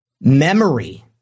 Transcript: memory